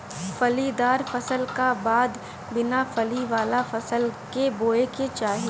फलीदार फसल का बाद बिना फली वाला फसल के बोए के चाही